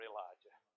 Elijah